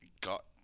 Got